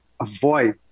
avoid